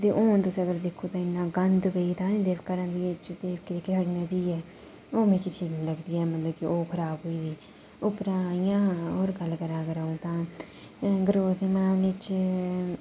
ते हून तुस अगर दिक्खो ते इन्ना गंद पेई गेदा के देवका नदियै च देवका नदी ऐ हून मिगी ठीक निं लगदी ऐ हून खराब होई गेदी उप्परा इ'यां होर गल्ल करां तां ग्रोथ दे मामले च